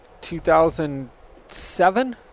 2007